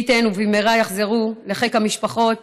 מי ייתן ובמהרה יחזרו לחיק המשפחות